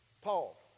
Paul